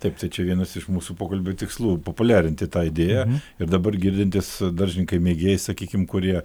taip tačiau vienas iš mūsų pokalbių tikslų populiarinti tą idėją ir dabar girdintys daržininkai mėgėjai sakykim kurie